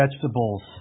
vegetables